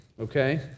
Okay